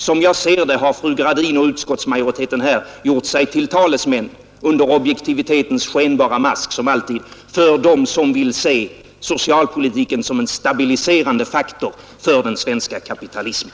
Som jag ser det har fru Gradin och utskottsmajoriteten, som alltid under objektivitetens skenbara mask, gjort sig till talesmän för dem som vill se socialpolitiken som en stabiliserande faktor för den svenska kapitalismen.